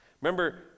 Remember